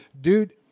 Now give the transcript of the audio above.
Dude